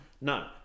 No